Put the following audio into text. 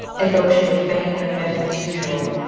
and though she would fain have met him as usual,